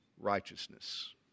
righteousness